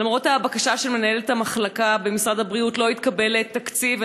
למרות הבקשה של מנהלת המחלקה במשרד הבריאות לא התקבל תקציב,